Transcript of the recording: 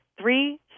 Three